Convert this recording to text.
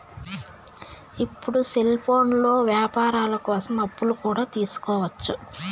ఇప్పుడు సెల్ఫోన్లో వ్యాపారాల కోసం అప్పులు కూడా తీసుకోవచ్చు